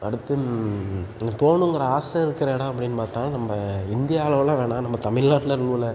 அடுத்து நான் போகணுங்கிற ஆசை இருக்கிற இடம் அப்படினு பார்த்தா நம்ப இந்தியா அளவெல்லாம் வேணாம் நம்ப தமிழ்நாட்ல இருக்ககுள்ளே